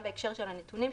הערות?